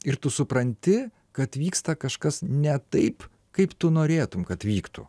ir tu supranti kad vyksta kažkas ne taip kaip tu norėtum kad vyktų